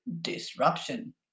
disruption